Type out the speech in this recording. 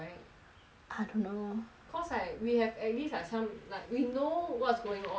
I don't know cause like we have at least some like we know what's going on now hello